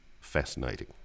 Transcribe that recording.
fascinating